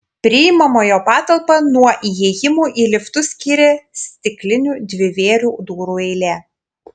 priimamojo patalpą nuo įėjimų į liftus skyrė stiklinių dvivėrių durų eilė